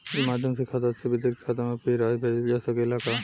ई माध्यम से खाता से विदेश के खाता में भी राशि भेजल जा सकेला का?